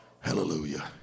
Hallelujah